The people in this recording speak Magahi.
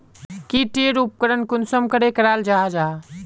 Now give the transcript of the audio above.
की टेर उपकरण कुंसम करे कराल जाहा जाहा?